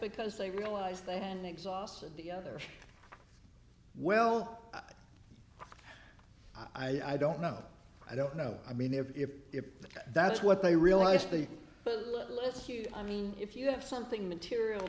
because they realized then exhausted the other well i don't know i don't know i mean if if that's what they realized the list i mean if you have something material